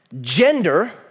gender